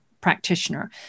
practitioner